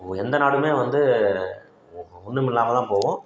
இப்போது எந்த நாடும் வந்து ஒன்றுமில்லாம தான் போகும்